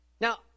Now